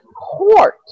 court